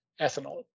ethanol